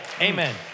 Amen